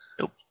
Nope